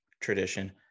tradition